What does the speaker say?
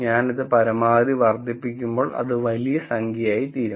ഞാൻ ഇത് പരമാവധി വർദ്ധിപ്പിക്കുമ്പോൾ അത് വലിയ സംഖ്യയായിതീരും